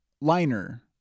liner